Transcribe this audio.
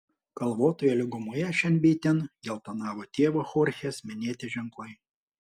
kalvotoje lygumoje šen bei ten geltonavo tėvo chorchės minėti ženklai